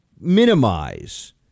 minimize